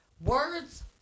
words